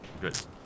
Good